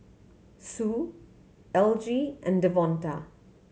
Sue Elgie and Devonta